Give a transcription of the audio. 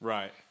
Right